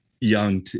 young